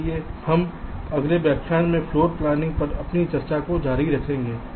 इसलिए हम अगले व्याख्यान में फ्लोर प्लानिंग पर अपनी चर्चा जारी रखेंगे